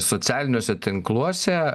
socialiniuose tinkluose